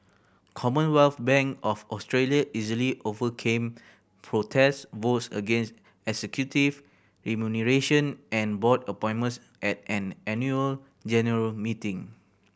Commonwealth Bank of Australia easily overcame protest votes against executive remuneration and board appointments at an annual general meeting